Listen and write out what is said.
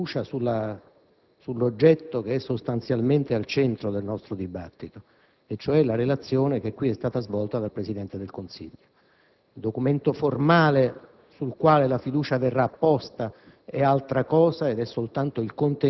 io manifesto naturalmente il consenso e la fiducia sull'oggetto che è al centro del nostro dibattito, cioè la relazione qui svolta dal Presidente del Consiglio.